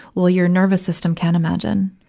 well, your nervous system can imagine,